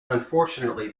unfortunately